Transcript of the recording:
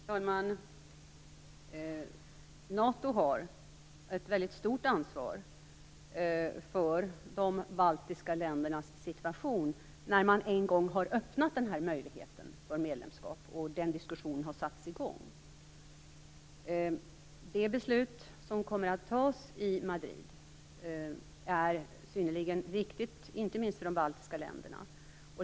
Herr talman! NATO har ett väldigt stort ansvar för de baltiska ländernas situation när man nu en gång har öppnat möjligheten för medlemskap och diskussionen har satts i gång. Det beslut som kommer att fattas i Madrid är synnerligen viktigt, inte minst för de baltiska länderna.